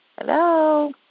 Hello